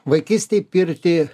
vaikystėj pirtį